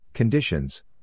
Conditions